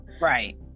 right